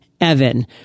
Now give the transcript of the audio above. Evan